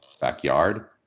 backyard